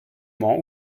mans